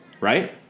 right